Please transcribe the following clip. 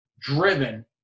driven